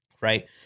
Right